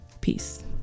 Peace